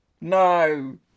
no